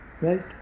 Right